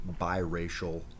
biracial